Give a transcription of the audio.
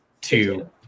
two